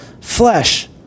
flesh